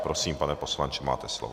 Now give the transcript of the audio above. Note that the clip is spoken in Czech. Prosím, pane poslanče, máte slovo.